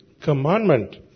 commandment